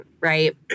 right